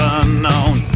unknown